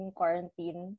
quarantine